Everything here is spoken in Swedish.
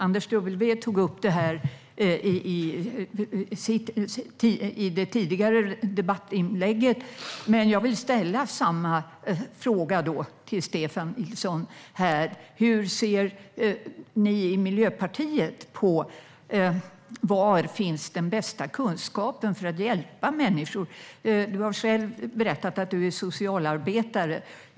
Anders W tog upp det här i ett tidigare inlägg, men jag vill ställa samma fråga till Stefan Nilsson. Hur ser ni i Miljöpartiet på var den bästa kunskapen för att hjälpa människor finns? Du har själv berättat att du är socialarbetare.